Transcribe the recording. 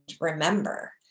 remember